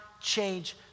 change